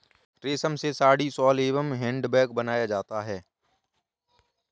रेश्म से साड़ी, शॉल एंव हैंड बैग बनाया जाता है